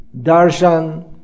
darshan